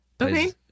Okay